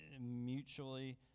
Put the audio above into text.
mutually